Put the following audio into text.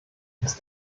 ist